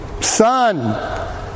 Son